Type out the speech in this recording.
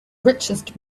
richest